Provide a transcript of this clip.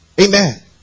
Amen